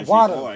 Water